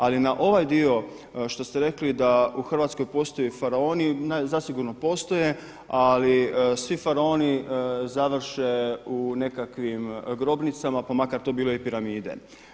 Ali na ovaj dio što ste rekli da u Hrvatskoj postoje faraoni, zasigurno postoje, ali svi faraoni završe u nekakvim grobnicama pa makar to bile i piramide.